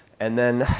and then,